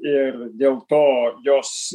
ir dėl to jos